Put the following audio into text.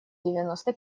девяносто